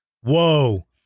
Whoa